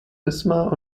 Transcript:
wismar